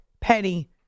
Penny